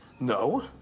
No